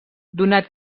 donat